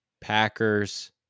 packers